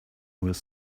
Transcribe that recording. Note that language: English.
was